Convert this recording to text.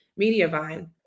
Mediavine